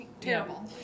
terrible